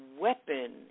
weapon